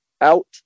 out